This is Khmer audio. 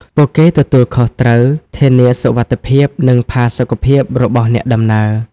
ពួកគេទទួលខុសត្រូវធានាសុវត្ថិភាពនិងផាសុកភាពរបស់អ្នកដំណើរ។